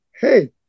hey